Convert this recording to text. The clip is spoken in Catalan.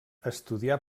estudià